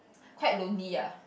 quite lonely ah